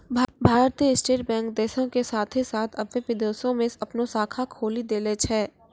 भारतीय State Bank देशो के साथे साथ अबै विदेशो मे अपनो शाखा खोलि देले छै